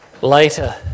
Later